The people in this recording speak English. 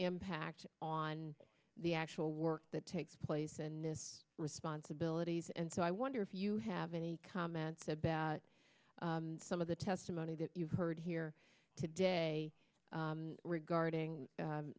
impact on the actual work that takes place and this responsibilities and so i wonder if you have any comments about some of the testimony that you've heard here today regarding